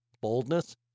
boldness